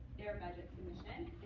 their budget submission.